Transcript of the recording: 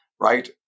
Right